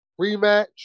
Rematch